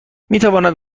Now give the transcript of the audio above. میتواند